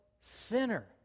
sinner